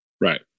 right